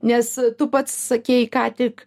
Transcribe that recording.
nes tu pats sakei ką tik